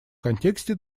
контексте